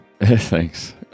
Thanks